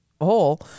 hole